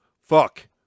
Fuck